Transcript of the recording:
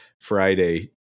Friday